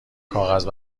کاغذ